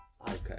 Okay